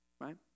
Right